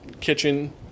kitchen